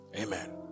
Amen